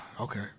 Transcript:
Okay